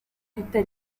tutte